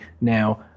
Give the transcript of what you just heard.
now